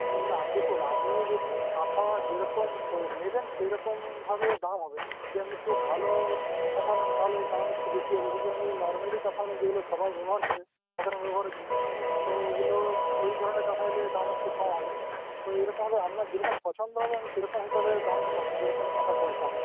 না দেখুন আপনি যদি কাঁথা যেরকম নেবেন সেরকমভাবে দাম হবে যদি আপনি খুব ভালো কাঁথা নেন তাহলে দাম একটু বেশি হবে যদি আপনি নরমালি কাঁথা নেন যেগুলো সবাই ব্যবহার করে সাধারন ব্যবহারের জন্য তো ওগুলো ওই দামে কাঁথা নিলে দাম একটু কম হবে তো এরকমভাবে আপনার যেরকম পছন্দ হবে আপনি সেরকম হিসাবে দামে পাবেন যেরকম কাঁথার দরকার